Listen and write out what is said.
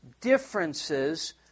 differences